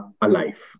alive